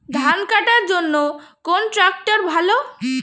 ধান কাটার জন্য কোন ট্রাক্টর ভালো?